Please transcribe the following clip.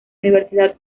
universidad